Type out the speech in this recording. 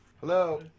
Hello